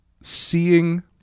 seeing